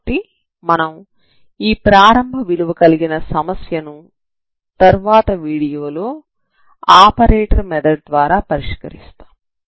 కాబట్టి మనం ఈ ప్రారంభ విలువ కలిగిన సమస్య ను తర్వాత వీడియోలో ఆపరేటర్ మెథడ్ ద్వారా పరిష్కరిస్తాము